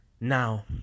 now